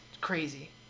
Crazy